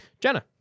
Jenna